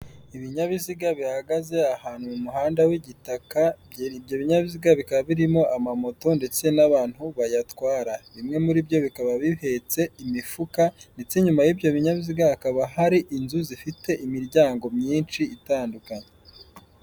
Ibinyabiziga bihagaze ahantu mu muhanda w'igitaka ibyo binyabiziga bikaba birimo amamoto ndetse n'abantu bayatwara bimwe muri byo bikaba bihetse imifuka ndetse nyuma y'ibyo binyabiziga hakaba hari inzu zifite imiryango myinshi itandukanye.